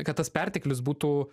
kad tas perteklius būtų